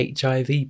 HIV